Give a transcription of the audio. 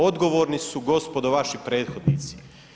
Odgovorni su gospodo vaši prethodnici.